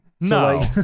No